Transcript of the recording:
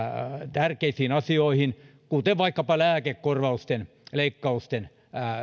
tärkeisiin asioihin kuten vaikkapa lääkekorvausten leikkausten